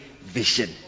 vision